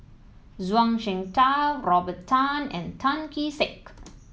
Zhuang Shengtao Robert Tan and Tan Kee Sek